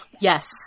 Yes